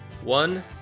One